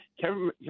Kevin